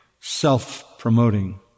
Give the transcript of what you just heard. self-promoting